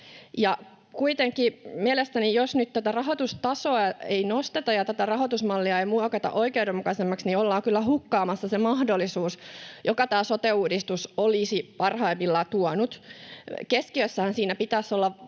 kuitenkin mielestäni, jos nyt tätä rahoitustasoa ei nosteta ja tätä rahoitusmallia ei muokata oikeudenmukaisemmaksi, ollaan kyllä hukkaamassa se mahdollisuus, jonka tämä sote-uudistus olisi parhaimmillaan tuonut. Keskiössähän siinä pitäisi olla